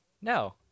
No